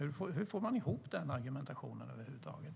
Hur får man ihop den argumentationen över huvud taget?